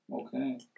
Okay